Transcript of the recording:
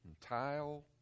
tile